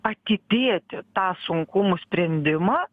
atidėti tą sunkumų sprendimą